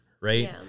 right